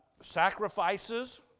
sacrifices